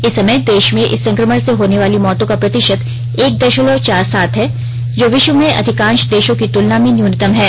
इस समय देश में इस संक्रमण से होने वाली मौतों का प्रतिशत एक दशमलव चार सात है जो विश्व में अधिकांश देशों की तुलना में न्यूनतम है